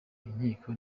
inkiko